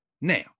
Now